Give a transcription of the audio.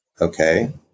Okay